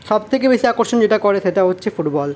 সবথেকে বেশী আকর্ষণ যেটা করে সেটা হচ্ছে ফুটবল